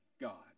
God